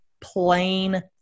plain